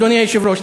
אדוני היושב-ראש,